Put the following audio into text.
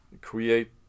create